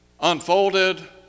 unfolded